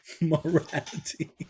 morality